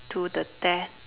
to the death